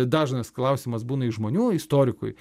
dažnas klausimas būna ir žmonių istorikui